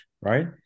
right